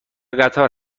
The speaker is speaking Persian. قطار